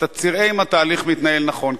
תצהיר אם התהליך מתנהל נכון,